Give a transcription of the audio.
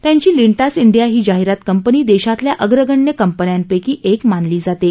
त्यांची Lintas India ही जाहिरात कंपनी देशातल्या अग्रगण्य कंपन्यांपक्षी एक मानली जाते